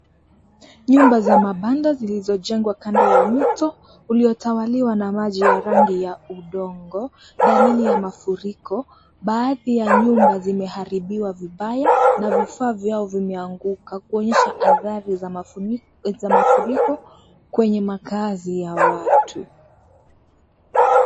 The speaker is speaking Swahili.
Nyumba za mabanda, zilizojengwa kando ya mto, ulio tawaliwa na maji ya rangi ya udongo, dalili ya maafuriko, baadhi ya nyumba zimeharibiwa vibaya, na vifaa vyao vimeanguka, kuonyesha athari za mafuni, mafuriko, kwenye makaazi ya watu.